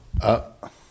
Up